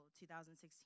2016